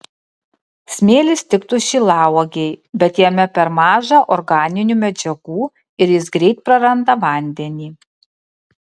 smėlis tiktų šilauogei bet jame per maža organinių medžiagų ir jis greit praranda vandenį